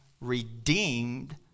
redeemed